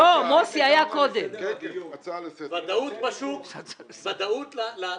שאלה טכנית לגמרי על סדר הדיון.